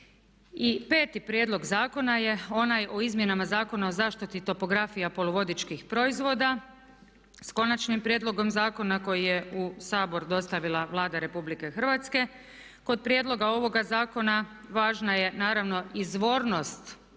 I 5. prijedlog zakona je onaj o Izmjenama zakona o zaštiti topografija poluvodičkih proizvoda, sa Konačnim prijedlogom Zakona koji je u Sabor dostavila Vlada RH. Kod prijedloga ovoga zakona važna je naravno izvornost